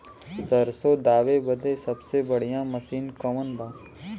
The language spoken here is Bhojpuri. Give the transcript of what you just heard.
सरसों दावे बदे सबसे बढ़ियां मसिन कवन बा?